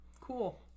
Cool